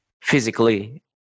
physically